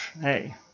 Hey